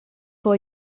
for